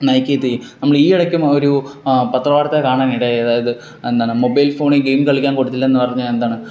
നയിക്കുകയും നമ്മള് ഈ എടക്കും ആ ഒരു പത്രവാർത്ത കാണാൻ ഇടയായി അതായത് എന്താണ് മൊബൈൽ ഫോണിൽ ഗെയിം കളിക്കാൻ കൊടുത്തില്ലെന്ന് പറഞ്ഞ് എന്താണ്